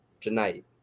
Tonight